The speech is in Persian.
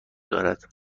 دارد